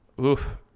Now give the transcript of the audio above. Oof